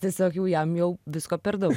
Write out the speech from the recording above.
tiesiog jau jam jau visko per daug